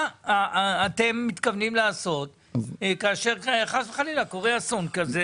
מה אתם מתכוונים לעשות מבחינה כלכלית אם חס חלילה קורה אסון כזה?